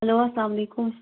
hello اَسَلامُ علیکُم